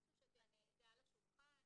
זה משהו שהוא על השולחן ?